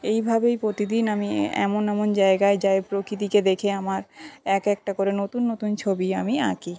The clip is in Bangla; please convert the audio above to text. এইভাবেই প্রতিদিন আমি এমন এমন জায়গায় যাই প্রকৃতিকে দেখে আমার এক একটা করে নতুন নতুন ছবি আমি আঁকি